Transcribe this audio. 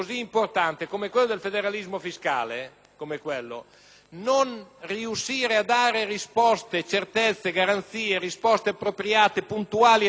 non riuscire a dare certezze, garanzie e risposte appropriate, puntuali e precise è un limite.